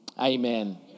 amen